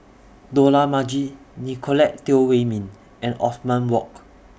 Dollah Majid Nicolette Teo Wei Min and Othman Wok